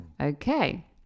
Okay